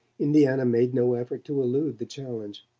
indiana made no effort to elude the challenge.